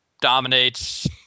dominates